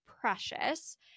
precious